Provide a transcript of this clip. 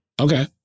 Okay